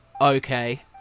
okay